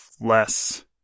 less